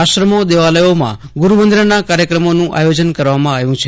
આશ્રમો દેવાલયોમાં ગુરૂવંદનાના કાર્યક્રમો નું આયોજન કરવામાં આવ્યું છે